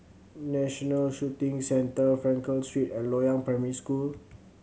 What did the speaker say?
National Shooting Centre Frankel Street and Loyang Primary School